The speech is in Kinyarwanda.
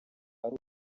ari